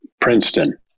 Princeton